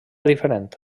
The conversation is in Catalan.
diferent